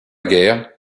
guerre